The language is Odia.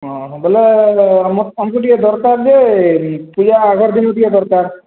ଅ ହ ବୋଲେ ଆମକୁ ଟିକେ ଦରକାର ଯେ ପୂଜା ଆଗର ଦିନୁ ଟିକେ ଦରକାର